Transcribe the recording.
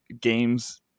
games